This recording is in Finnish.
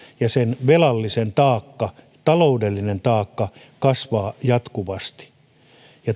ja velallisen taakka taloudellinen taakka kasvaa jatkuvasti